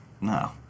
No